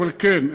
אבל כן,